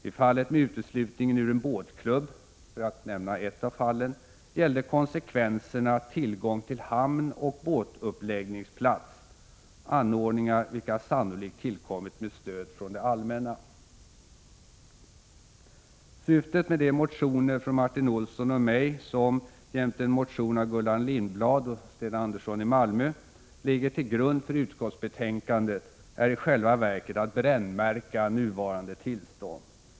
I fallet med uteslutningen ur en båtklubb — för att nämna ett av fallen — gällde konsekvenserna tillgång till hamn och båtuppläggningsplats, anordningar vilka sannolikt tillkommit med stöd från det allmänna. Syftet med de motioner från Martin Olsson och mig som jämte en motion av Gullan Lindblad och Sten Andersson i Malmö ligger till grund för utskottsbetänkandet är i själva verket att brännmärka nuvarande tillstånd.